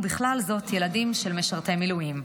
ובכלל זאת ילדים של משרתי מילואים.